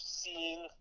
seeing